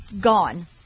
gone